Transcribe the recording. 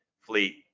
fleet